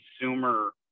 consumer